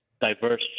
diverse